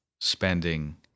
spending